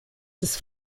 des